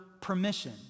permission